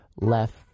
left